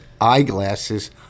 eyeglasses